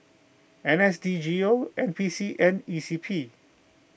N S D G O N P C and E C P